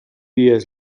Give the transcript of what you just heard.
years